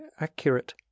accurate